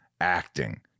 acting